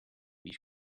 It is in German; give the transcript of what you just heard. wie